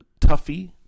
Tuffy